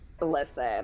listen